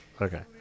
Okay